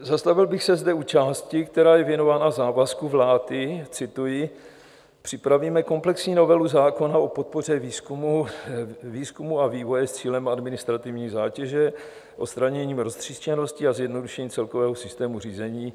Zastavil bych se zde u části, která je věnována závazku vlády, cituji: Připravíme komplexní novelu zákona o podpoře výzkumu a vývoje s cílem administrativní zátěže odstraněním roztříštěnosti a zjednodušením celkového systému řízení.